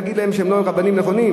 להגיד להם שהם לא רבנים נכונים?